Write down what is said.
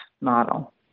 model